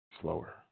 Slower